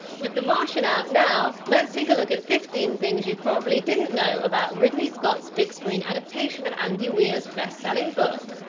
with the martian out now, let's take a look at fifteen things you probably didn't know about ridley scott's big-screen adaptation of andy weir's best-selling book.